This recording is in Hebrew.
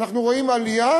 אנחנו רואים עלייה,